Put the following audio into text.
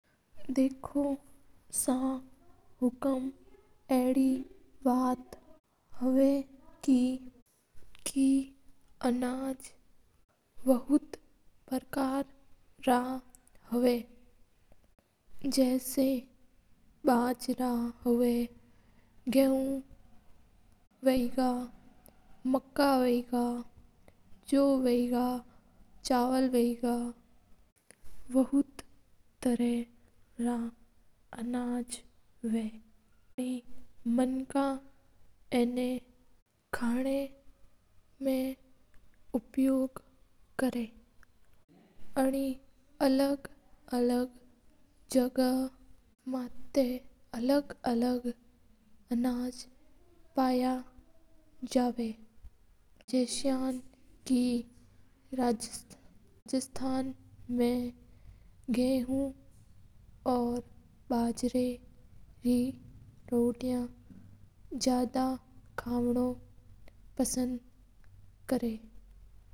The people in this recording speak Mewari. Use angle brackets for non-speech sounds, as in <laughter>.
देखो सा हुकूम अडी बात हा <noise> अनाज बौथ प्रकार रा हेवा जवा बाजरा हेवा गेवे, मकां, चावल बौथ तारा रा हेवा। मानक एना खेना मा काम मा लवा अना अलग अलग जगा मता अलग अलग अन्नाज पाया जवा जस्यां के राजस्थान मा बाजरा न ज्यादा काव नो पसंद कर।